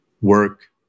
work